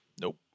Nope